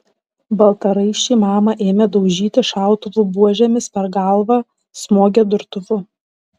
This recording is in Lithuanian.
baltaraiščiai mamą ėmė daužyti šautuvų buožėmis per galvą smogė durtuvu